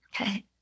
Okay